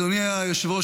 אדוני היושב-ראש,